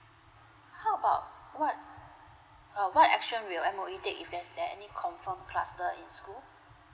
how about what uh what action will M_O_E take if there's any confirm cluster in school